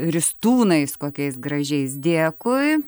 ristūnais kokiais gražiais dėkui